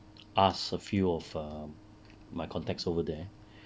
ask a few of um my contacts over there